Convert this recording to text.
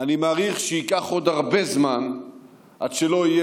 אני מעריך שייקח עוד הרבה זמן עד שלא יהיה,